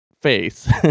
face